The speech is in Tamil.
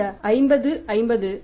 இந்த விகிதம் 50 50 ஆகும்